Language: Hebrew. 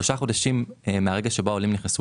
שלושה חודשים מרגע בו העולים נכנסו